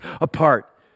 apart